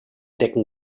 decken